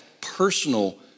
personal